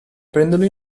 prenderlo